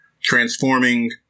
transforming